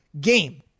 game